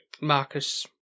Marcus